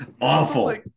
Awful